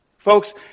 Folks